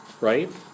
right